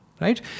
right